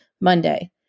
Monday